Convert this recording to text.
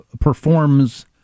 performs